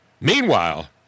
Meanwhile